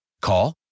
Call